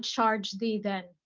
charge thee then,